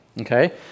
okay